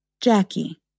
Jackie